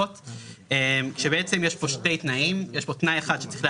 אם לא